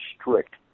strict